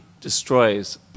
destroys